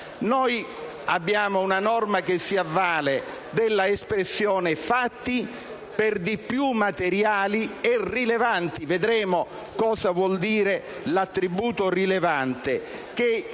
Abbiamo una norma che si avvale dell'espressione «fatti», per di più «materiali e rilevanti» - vedremo poi cosa vuole dire l'attributo «rilevante»